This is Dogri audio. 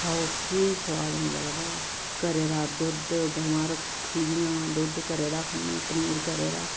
खाओ केह् सुआद नेईं लगदा ऐ घरै दा दुद्ध गवां रक्खी दियां दुद्ध घरा दा खन्ने पनीर घरा दा